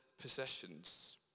possessions